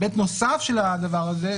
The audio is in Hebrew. היבט נוסף של הדבר הזה,